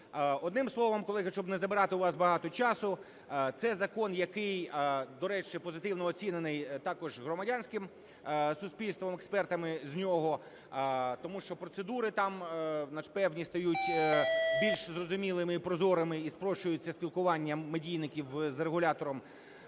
Одним словом, колеги, щоб не забирати у вас багато часу, це закон, який, до речі, позитивно оцінений також громадянським суспільством, експертами з нього. Тому що процедури там певні стають більш зрозумілими і прозорими, і спрощується спілкування медійників з регулятором.